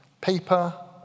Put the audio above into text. Paper